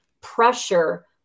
pressure